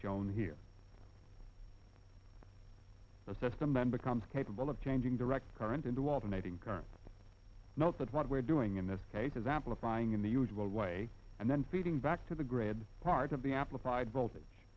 shown here the system then becomes capable of changing direct current into alternating current not that what we're doing in this case is amplifying in the usual way and then feeding back to the grid part of the amplified voltage